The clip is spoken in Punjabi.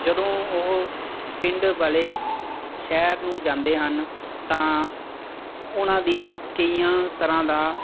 ਜਦੋਂ ਉਹ ਪਿੰਡ ਵਾਲੇ ਸ਼ਹਿਰ ਨੂੰ ਜਾਂਦੇ ਹਨ ਤਾਂ ਉਹਨਾਂ ਦੀ ਕਈਆਂ ਤਰ੍ਹਾਂ ਦਾ